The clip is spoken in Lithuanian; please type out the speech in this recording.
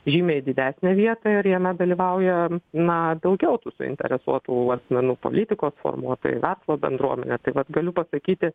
žymiai didesnę vietą ir jame dalyvauja na daugiau tų suinteresuotų asmenų politikos formuotojai verslo bendruomenė tai vat galiu pasakyti